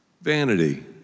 vanity